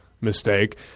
mistake